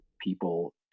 people